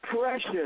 precious